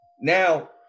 now